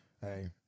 Hey